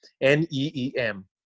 N-E-E-M